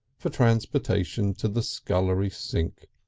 for transportation to the scullery sink.